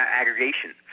aggregation